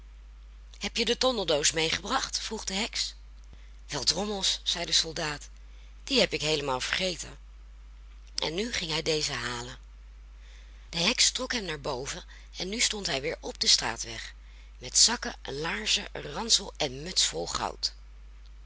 heb je de tondeldoos meegebracht vroeg de heks wel drommels zei de soldaat die heb ik heelemaal vergeten en nu ging hij deze halen de heks trok hem naar boven en nu stond hij weer op den straatweg met zakken laarzen ransel en muts vol goud